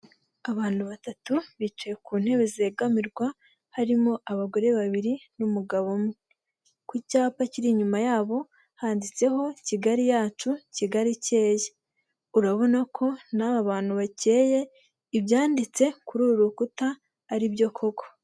Abantu batatu bicaye ku ntebe zegamirwa, harimo abagore babiri n'umugabo umwe. Ku cyapa kiri inyuma yabo handitseho Kigali yacu, Kigali ikeye. Urabona ko n'aba bantu bakeye, ibyanditse kuri uru rukuta ari byo koko.